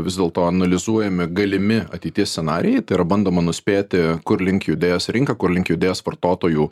vis dėlto analizuojami galimi ateities scenarijai tai yra bandoma nuspėti kurlink judės rinka kur link judės vartotojų